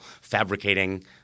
fabricating